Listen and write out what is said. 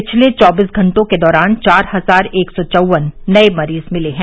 पिछले चौबीस घंटों के दौरान चार हजार एक सौ चौवन नये मरीज मिले हैं